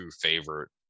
favorite